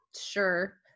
sure